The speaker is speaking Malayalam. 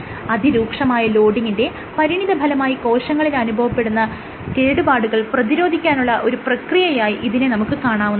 അതിരൂക്ഷമായ ലോഡിങ്ങിന്റെ പരിണിത ഫലമായി കോശങ്ങളിൽ സംഭവിക്കുന്ന കേടുപാടുകൾ പ്രതിരോധിക്കാനുള്ള ഒരു പ്രക്രിയയായി ഇതിനെ നമുക്ക് കാണാവുന്നതാണ്